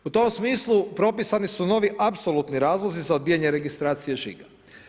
U tom smislu propisani su novi apsolutni razlozi za odbijanje registracije žiga.